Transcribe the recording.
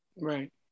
Right